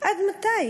עד מתי?